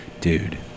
Dude